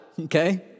okay